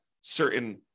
certain